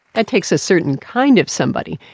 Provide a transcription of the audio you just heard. that takes a certain kind of somebody.